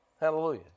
Hallelujah